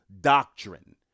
doctrine